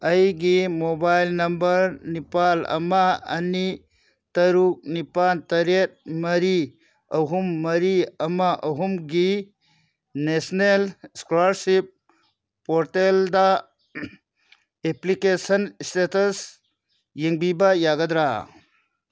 ꯑꯩꯒꯤ mobile number ꯅꯤꯄꯥꯜ ꯑꯃ ꯑꯅꯤ ꯇꯔꯨꯛ ꯅꯤꯄꯥꯜ ꯇꯔꯦꯠ ꯃꯔꯤ ꯑꯍꯨꯝ ꯃꯔꯤ ꯑꯃ ꯑꯍꯨꯝꯒꯤ ꯅꯦꯁꯅꯦꯜ ꯁ꯭ꯀꯣꯂꯔꯁꯤꯞ ꯄꯣꯔꯇꯦꯜꯗ ꯑꯦꯄ꯭ꯂꯤꯀꯦꯁꯟ ꯁ꯭ꯇꯦꯇꯁ ꯌꯦꯡꯕꯤꯕ ꯌꯥꯒꯗ꯭ꯔꯥ